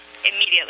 immediately